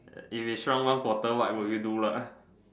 if you shrunk one quarter what would you do lah